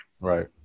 Right